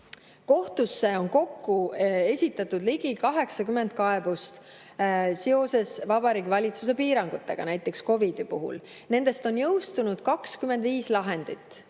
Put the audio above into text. kohtusse on kokku esitatud ligi 80 kaebust seoses Vabariigi Valitsuse piirangutega näiteks COVID‑i puhul. Nendest on jõustunud 25 lahendit,